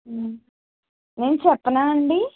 నేను చెప్పనా అండి